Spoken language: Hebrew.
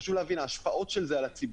וחשוב להבין ההשפעות של זה על הציבור,